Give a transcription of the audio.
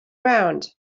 ground